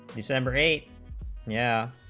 december eight yeah